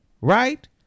right